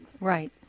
right